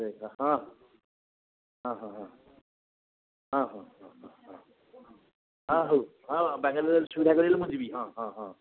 ହଁ ହଁ ହଁ ହଁ ହଁ ହଁ ହଁ ହଁ ହଁ ହଁ ହଉ ହଁ ବାଙ୍ଗାଲୋରରେ ସୁବିଧା କରିଦେଲେ ମୁଁ ଯିବି ହଁ ହଁ ହଁ